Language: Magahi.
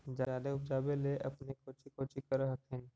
जादे उपजाबे ले अपने कौची कौची कर हखिन?